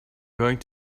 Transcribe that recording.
going